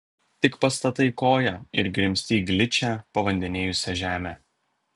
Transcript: tik pastatai koją ir grimzti į gličią pavandenijusią žemę